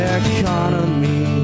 economy